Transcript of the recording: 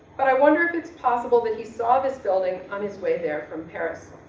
but i wonder if it's possible that he saw this building on his way there from paris.